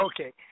Okay